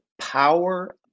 power